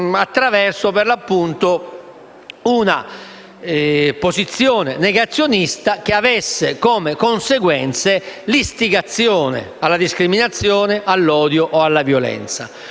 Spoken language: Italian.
dall'articolo 3, ossia una posizione negazionista che abbia come conseguenza l'istigazione alla discriminazione, all'odio o alla violenza.